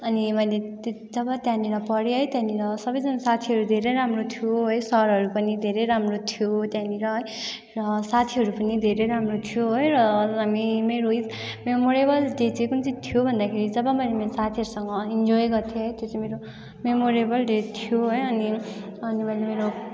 अनि मैले तेत् जब त्यहाँनिर पढेँ है त्यहाँनिर सबैजना साथीहरू धेरै राम्रो थियो है सरहरू पनि धेरै राम्रो थियो त्यहाँनिर है र साथीहरू पनि धेरै राम्रो थियो है र हामी मेरो मेमोरेबल डे चाहिँ कुन चाहिँ थियो भन्दाखेरि चाहिँ जब मैले मेरो साथीहरूसँग इन्जोय गर्थेँ त्यो चाहिँ मेमोरेबल डे थियो है अनि अनि मैले मेरो